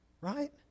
Right